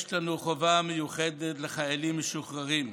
יש לנו חובה מיוחדת לחיילים משוחררים.